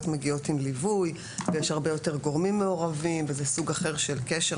מגיעות עם ליווי ויש הרבה יותר גורמים מעורבים וזה סוג אחר של קשר,